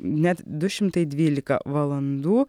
net du šimtai dvylika valandų